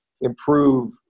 improve